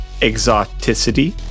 exoticity